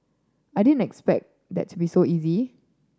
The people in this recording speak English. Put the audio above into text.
I didn't expect that to be so easy